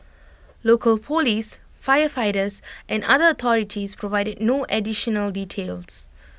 local Police firefighters and other authorities provided no additional details